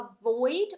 avoid